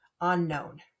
unknown